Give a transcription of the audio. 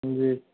जी